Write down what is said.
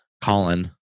Colin